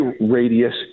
radius